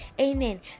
Amen